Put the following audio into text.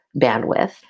bandwidth